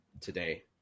today